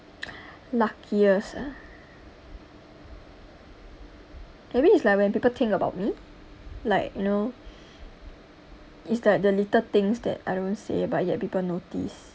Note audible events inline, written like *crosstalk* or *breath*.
*noise* luckiest ah maybe it's like when people think about me like you know *breath* it's like the little things that I don't say but yet people notice